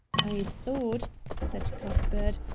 i thought, said cuthbert,